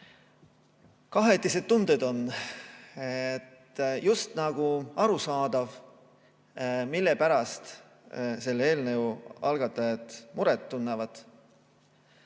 Kahetised tunded on. Just nagu arusaadav, mille pärast selle eelnõu algatajad muret tunnevad.